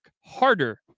harder